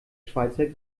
schweizer